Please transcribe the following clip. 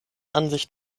ansicht